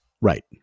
Right